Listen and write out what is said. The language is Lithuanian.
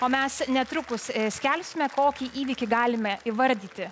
o mes netrukus skelbsime kokį įvykį galime įvardyti